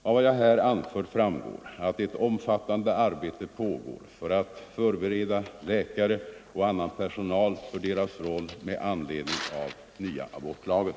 Av vad jag här anfört framgår att ett omfattande arbete pågår för att förbereda läkare och annan personal för deras roll med anledning av nya abortlagen.